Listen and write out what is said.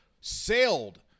sailed